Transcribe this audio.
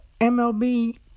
MLB